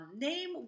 name